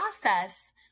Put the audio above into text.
process